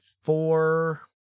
four